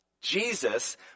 Jesus